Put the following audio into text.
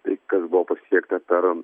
tai kas buvo pasiekta per